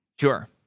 sure